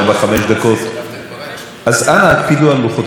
עבד אל חכים חאג' יחיא, לא נמצא כאן,